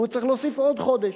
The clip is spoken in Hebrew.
והוא צריך להוסיף עוד חודש,